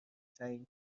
تعیین